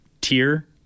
tier